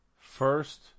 First